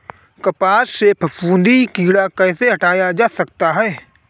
कपास से फफूंदी कीड़ा कैसे हटाया जा सकता है?